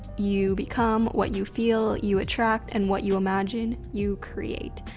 you become, what you feel, you attract, and what you imagine, you create.